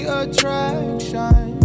attraction